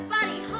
Buddy